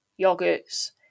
yogurts